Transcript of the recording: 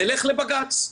נלך לבג"צ.